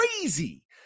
crazy